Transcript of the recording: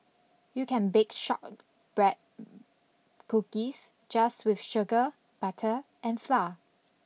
you can bake shortbread cookies just with sugar butter and flour